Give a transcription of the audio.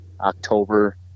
October